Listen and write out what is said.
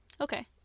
Okay